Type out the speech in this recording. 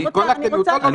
עם כל הכנות --- לא,